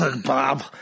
Bob